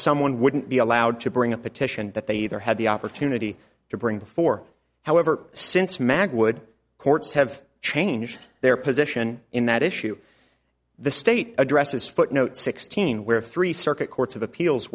someone wouldn't be allowed to bring a petition that they either had the opportunity to bring before however since mag would courts have changed their position in that issue the state address is footnote sixteen where three circuit courts of appeals